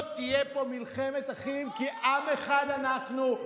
לא תהיה פה מלחמת אחים כי עם אחד אנחנו.